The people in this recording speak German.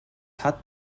hat